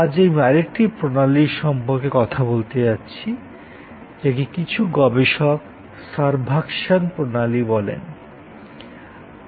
আজ আমি আরেকটি প্রণালীর সম্পর্কে কথা বলতে যাচ্ছি যাকে কিছু গবেষক সার্ভাকশন প্রণালী বলেন